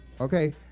Okay